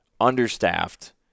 understaffed